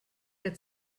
der